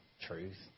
truth